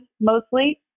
mostly